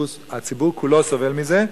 כולו סובל מזה,